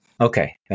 Okay